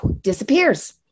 disappears